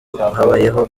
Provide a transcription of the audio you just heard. habayeho